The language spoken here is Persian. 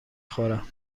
خورم